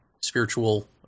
spiritual